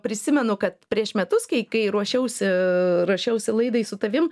prisimenu kad prieš metus kai kai ruošiausi ruošiausi laidai su tavim